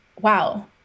wow